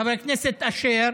חבר הכנסת אשר,